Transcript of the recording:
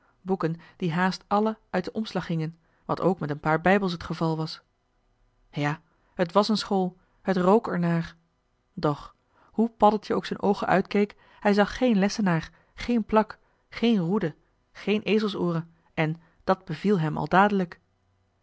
boeken die haast alle uit den omslag hingen wat ook met een paar bijbels het geval was ja t was een school het rk er naar doch hoe paddeltje ook z'n oogen uitkeek hij zag geen lessenaar geen plak geen roede geen ezelsooren en dat beviel hem al dadelijk